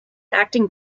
acting